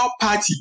party